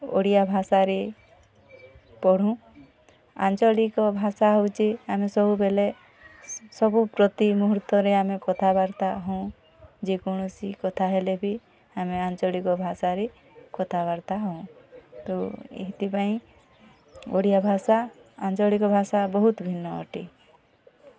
ଓଡ଼ିଆ ଭାଷାରେ ପଢ଼ୁ ଆଞ୍ଚଳିକ ଭାଷା ହଉଛି ଆମେ ସବୁ ବେଲେ ସବୁ ପ୍ରତି ମୁହୂର୍ତ୍ତରେ ଆମେ କଥାବାର୍ତ୍ତା ହଉଁ ଯେକୌଣସି କଥା ହେଲେ ବି ଆମେ ଆଞ୍ଚଳିକ ଭାଷାରେ କଥାବାର୍ତ୍ତା ହଉଁ ତ ଏଇଥି ପାଇଁ ଓଡ଼ିଆ ଭାଷା ଆଞ୍ଚଳିକ ଭାଷା ବହୁତ ଭିନ୍ନ ଅଟେ